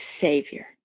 Savior